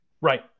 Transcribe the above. Right